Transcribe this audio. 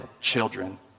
children